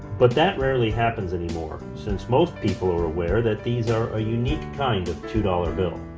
but that rarely happens anymore, since most people are aware that these are unique kind of two dollars bill.